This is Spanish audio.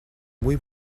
muy